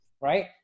right